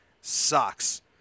sucks